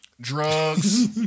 drugs